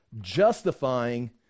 justifying